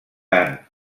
tant